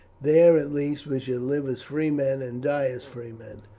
there at least we shall live as free men and die as free men.